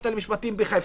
הפקולטה למשפטים בחיפה,